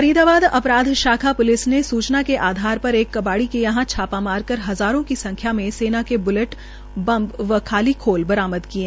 फरीदाबद अपराध शाखा ने सूचना के आधार पर एक एक कबाड़ी के यहां छापा मारकर हजारों की संख्या में सेना की ब्लेट और बम्ब व खाली खोल बरामद किये